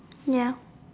ya